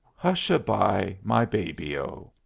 hush-a-by, my baby o.